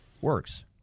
works